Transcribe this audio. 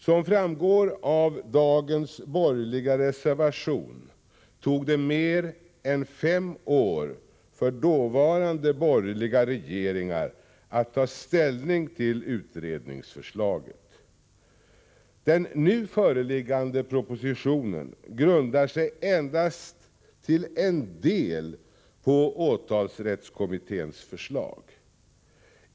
Som framgår av dagens borgerliga reservation tog det mer än fem år för dåvarande borgerliga regeringar att ta ställning till utredningsförslaget. Den nu föreliggande propositionen grundar sig endast till en del på åtalsrättskommitténs förslag.